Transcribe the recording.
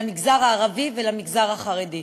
למגזר הערבי ולמגזר החרדי.